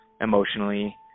emotionally